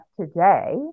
today